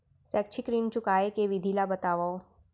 शैक्षिक ऋण चुकाए के विधि ला बतावव